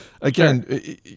again